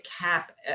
cap